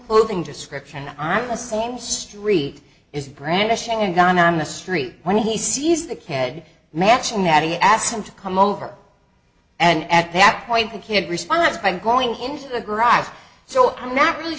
clothing description on the same street is brandishing a gun on the street when he sees the kid matching that he asked him to come over and at that point the kid responds by going into the garage so i'm not really